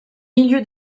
milieu